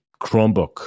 Chromebook